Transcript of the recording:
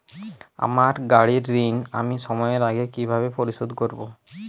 আমার গাড়ির ঋণ আমি সময়ের আগে কিভাবে পরিশোধ করবো?